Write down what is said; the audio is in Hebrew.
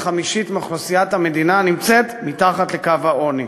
חמישית מאוכלוסיית המדינה נמצאת מתחת לקו העוני.